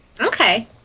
Okay